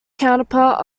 counterpart